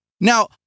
Now